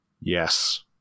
Yes